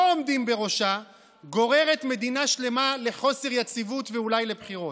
עומדים בראשה גוררת מדינה שלמה לחוסר יציבות ואולי לבחירות?